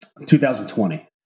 2020